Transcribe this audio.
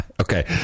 Okay